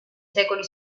secoli